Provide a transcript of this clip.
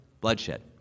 bloodshed